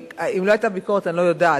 אם לא היתה ביקורת, אני לא יודעת.